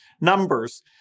numbers